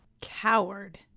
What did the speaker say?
Coward